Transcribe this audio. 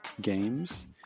games